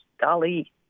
golly